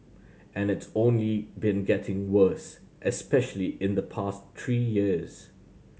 and it's only been getting worse especially in the past three years